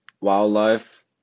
wildlife